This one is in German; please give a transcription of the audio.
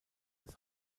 des